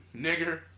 nigger